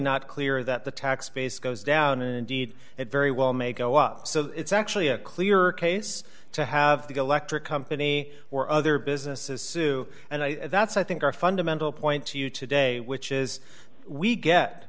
not clear that the tax base goes down and indeed it very well may go up so it's actually a clear case to have the electric company or other businesses sue and that's i think our fundamental point to you today which is we get